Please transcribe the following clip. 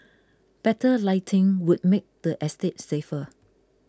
better lighting would make the estate safer